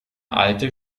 alte